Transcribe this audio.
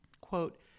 quote